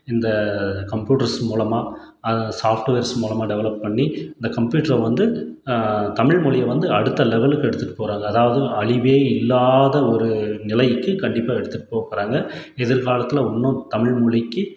இந்த கம்ப்யூட்டர்ஸ் மூலமாக சாஃப்ட்வேர்ஸ் மூலமாக டெவலப் பண்ணி இந்த கம்ப்யூட்டரை வந்து தமிழ் மொழியை வந்து அடுத்த லெவலுக்கு எடுத்துகிட்டு போகறாங்க அதாவது அழிவே இல்லாத ஒரு நிலைக்கு கண்டிப்பாக எடுத்துகிட்டு போகப்போறாங்க எதிர் காலத்தில் இன்னும் தமிழ் மொழிக்கு